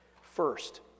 First